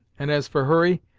and, as for hurry,